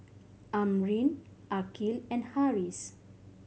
Amrin Aqil and Harris